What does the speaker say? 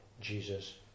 Jesus